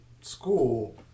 school